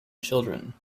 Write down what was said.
children